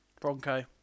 bronco